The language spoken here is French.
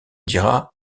dira